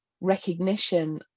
recognition